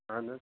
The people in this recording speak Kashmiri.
اہن حظ